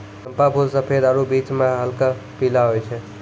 चंपा फूल सफेद आरु बीच मह हल्क पीला होय छै